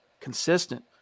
consistent